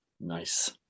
nice